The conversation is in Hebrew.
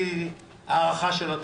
ונביא הארכה של התקופה.